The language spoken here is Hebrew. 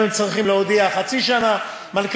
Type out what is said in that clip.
הם צריכים להודיע חצי שנה מראש.